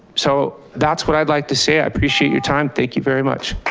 so that's what i'd like to say, i appreciate your time, thank you very much.